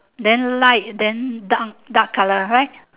then light then dark colour right